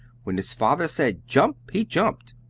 when his father said, jump, he jumped,